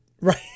Right